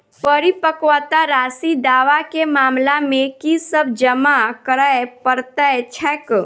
परिपक्वता राशि दावा केँ मामला मे की सब जमा करै पड़तै छैक?